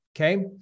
okay